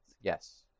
Yes